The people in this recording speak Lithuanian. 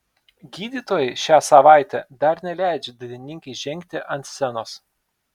gydytojai šią savaitę dar neleidžia dainininkei žengti ant scenos